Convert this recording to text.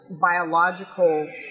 biological